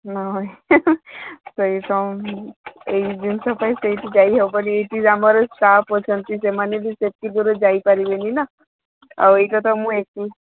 ନାଇଁ ସେଇ ତ ଏଇ ଜିନିଷ ପାଇଁ ସେଇଠି ଯାଇ ହେବନି ଏଇଠି ବି ଆମର ଷ୍ଟାଫ୍ ଅଛନ୍ତି ସେମାନେ ବି ସେତିକି ଦୂର ଯାଇପାରିବେନି ନା ଆଉ ଏଇଟା ତ ମୁଁ ଏକା